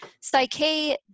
Psyche